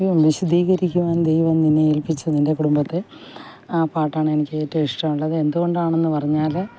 വിശദീകരിക്കുവാൻ ദൈവം നിന്നെ ഏൽപ്പിച്ച നിൻ്റെ കുടുംബത്തെ ആ പാട്ടാണ് എനിക്ക് ഏറ്റവും ഇഷ്ടമുള്ളത് എന്തുകൊണ്ടാണെന്നു പറഞ്ഞാൽ